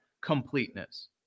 completeness